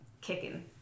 kicking